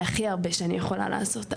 זה הכי הרבה שאני יכולה לעשות,